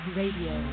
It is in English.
radio